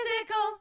Physical